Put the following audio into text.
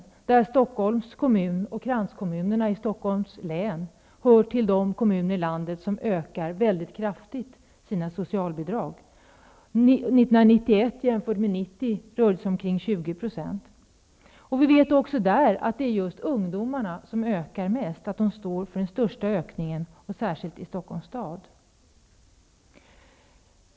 Stockholms län hör till de kommuner i landet vilkas kostnader för socialbidragen ökar kraftigt. När man jämför 1991 med 1990 rör det sig om en ökning på omkring 20 %. Vi vet även där att ungdomarna står för den största ökningen -- särskilt i Stockholms stad.